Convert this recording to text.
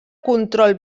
control